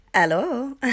hello